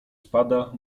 spada